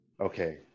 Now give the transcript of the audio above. Okay